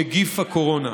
נגיף הקורונה.